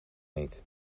niet